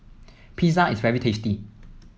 pizza is very tasty